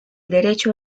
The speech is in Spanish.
derecho